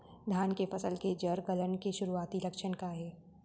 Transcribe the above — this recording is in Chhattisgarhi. धान के फसल के जड़ गलन के शुरुआती लक्षण का हे?